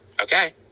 Okay